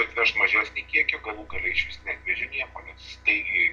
atvežt mažesnį kiekį galų gale išvis neatvažė nieko nes staigiai